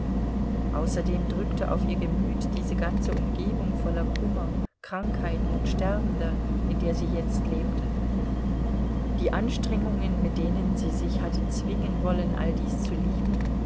außerdem drückte auf ihr gemüt diese ganze umgebung voller kummer krankheiten und sterbender in der sie jetzt lebte die anstrengungen mit denen sie sich hatte zwingen wollen all dies zu lieben